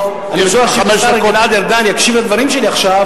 אני רוצה שהשר גלעד ארדן יקשיב לדברים שלי עכשיו,